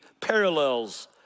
parallels